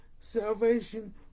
salvation